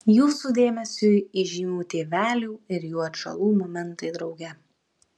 jūsų dėmesiui įžymių tėvelių ir jų atžalų momentai drauge